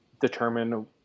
determine